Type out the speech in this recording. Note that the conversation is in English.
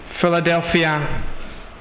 Philadelphia